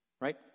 right